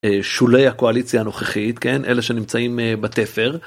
שולי הקואליציה הנוכחית כן אלה שנמצאים בתפר.